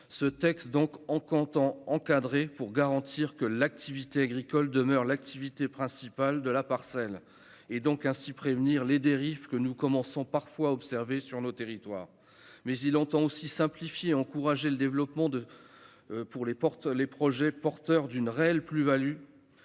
à encadrer l'agrivoltaïsme, pour garantir que l'activité agricole demeure l'activité principale de la parcelle et ainsi prévenir les dérives que nous commençons parfois à observer dans nos territoires. Il entend aussi simplifier et encourager le développement de projets porteurs d'une réelle plus-value,